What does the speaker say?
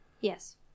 Yes